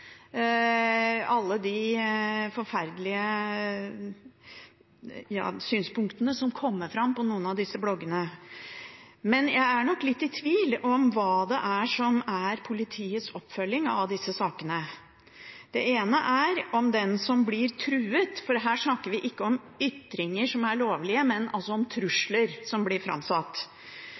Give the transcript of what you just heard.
alle de forferdelige synspunktene som kommer fram på noen av disse bloggene. Men jeg er nok litt i tvil om hva som er politiets oppfølging av disse sakene. Det ene er om den som blir truet, virkelig får beskyttelse, for her snakker vi ikke om ytringer som er lovlige, men om trusler som blir framsatt.